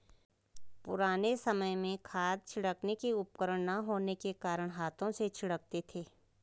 पुराने समय में खाद छिड़कने के उपकरण ना होने के कारण हाथों से छिड़कते थे